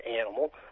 animal